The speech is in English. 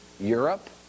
Europe